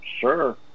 sure